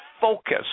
focus